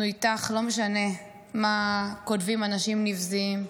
אנחנו איתך, לא משנה מה כותבים אנשים נבזיים,